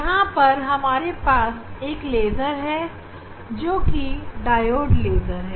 यहां पर हमारे पास एक लेज़र है जोकि डायोड लेज़र है